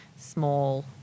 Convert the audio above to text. small